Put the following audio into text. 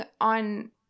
on